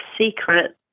secret